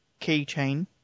keychain